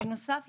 בנוסף,